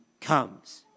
comes